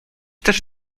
też